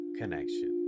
connection